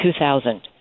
2000